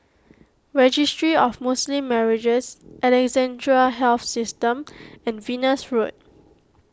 Registry of Muslim Marriages Alexandra Health System and Venus Road